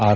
R